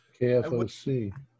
kfoc